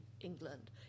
England